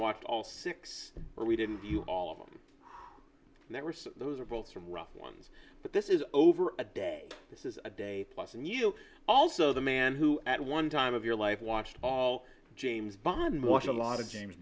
atched all six but we didn't view all of them and they were those are both from rough ones but this is over a day this is a day plus and you also the man who at one time of your life watched james bond watch a lot of james